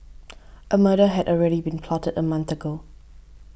a murder had already been plotted a month ago